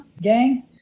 gang